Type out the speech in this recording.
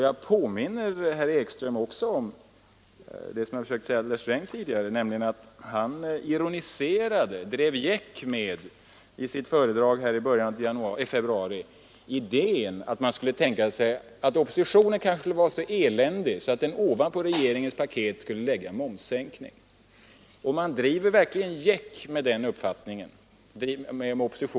Jag påminner herr Ekström om — jag försökte tidigare säga det till herr Sträng — att finansministern i ett anförande här i början av februari ironiserade över och drev gäck med oppositionen i det han sade att man skulle kunna tänka sig att den var så eländig att den ovanpå regeringens paket föreslog en momssänkning.